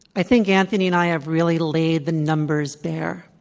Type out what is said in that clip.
i think anthony and i have really laid the numbers bare,